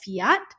fiat